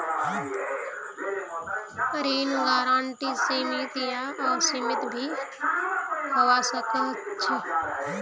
ऋण गारंटी सीमित या असीमित भी होवा सकोह